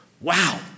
Wow